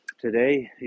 today